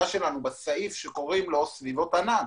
שלנו בסעיף שקוראים לו סביבות ענן.